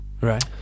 Right